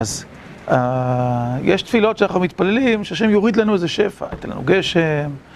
אז יש תפילות שאנחנו מתפללים, שהשם יוריד לנו איזה שפע, יתן לנו גשם..